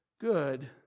good